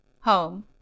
home